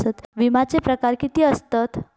विमाचे प्रकार किती असतत?